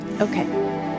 Okay